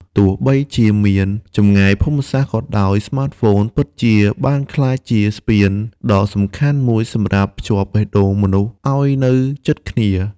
ទោះបីជាមាន ចម្ងាយភូមិសាស្ត្រ ក៏ដោយ ស្មាតហ្វូនពិតជាបានក្លាយជាស្ពានដ៏សំខាន់មួយសម្រាប់ភ្ជាប់បេះដូងមនុស្សឲ្យនៅជិតគ្នា។